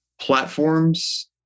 platforms